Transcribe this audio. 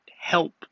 help